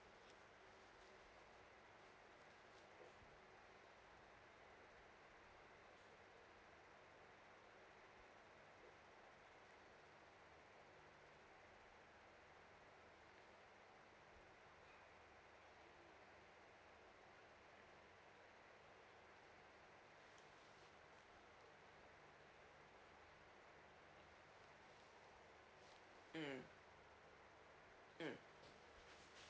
mm mm